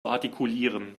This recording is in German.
artikulieren